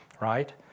right